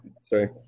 Sorry